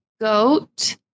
goat